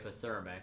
hypothermic